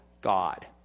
God